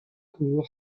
cours